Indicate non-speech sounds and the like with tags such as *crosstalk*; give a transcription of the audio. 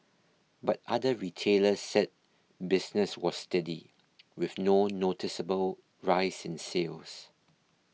but other retailers said business was *noise* steady with no noticeable rise in sales